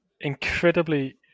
incredibly